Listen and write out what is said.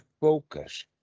focus